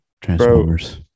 Transformers